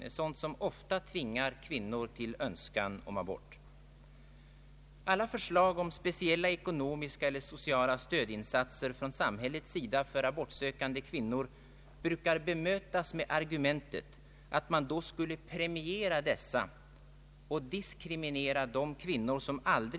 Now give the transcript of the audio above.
En möjlighet att återge dem som sysslar med abortfrågan i praktiskt människovårdande arbete känslan av meningsfullhet skulle kunna vara att låta besluten oftare fattas på det lokala planet. Då skulle de också komma närmare den abortsökande själv.